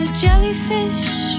jellyfish